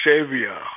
savior